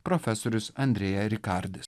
profesorius andrėja rikardis